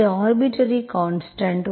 இது arbitrary constant